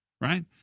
right